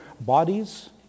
bodies